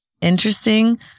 interesting